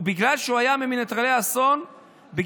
בגלל שהוא היה ממנטרלי האסון הוא כבר